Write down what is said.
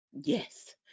Yes